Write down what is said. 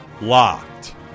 Locked